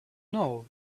know